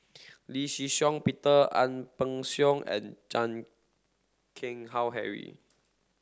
Lee Shih Shiong Peter Ang Peng Siong and Chan Keng Howe Harry